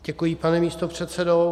Děkuji, pane místopředsedo.